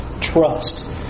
Trust